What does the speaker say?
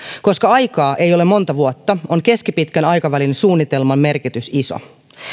koska aikaa ei ole monta vuotta on keskipitkän aikavälin suunnitelman merkitys iso